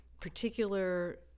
particular